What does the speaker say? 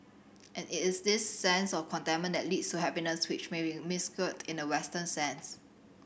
and it is this sense of contentment that leads to happiness which may be misconstrued in the Western sense